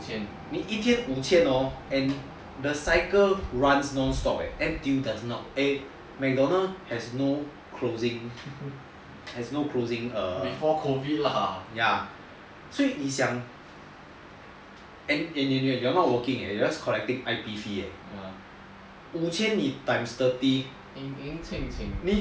你一天五千 hor and the cycle runs non stop eh mcdonald's has no closing err 所以你想 and you are not working eh you are just collecting I_T 五千你 times thirty